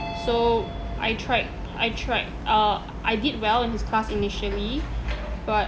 so I tried I tried uh I did well in his class initially but